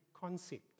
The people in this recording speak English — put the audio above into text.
concept